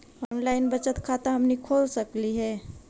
Online बचत खाता हमनी खोल सकली हे?